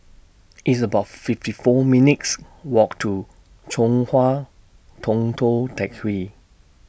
It's about fifty four minutes' Walk to Chong Hua Tong Tou Teck Hwee